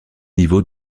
niveaux